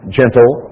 gentle